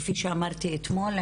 כפי שאמרתי אתמול,